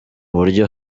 buryo